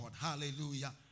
Hallelujah